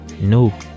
No